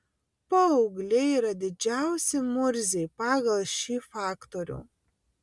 paaugliai yra didžiausi murziai pagal šį faktorių